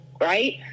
right